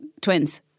twins